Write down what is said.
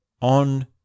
on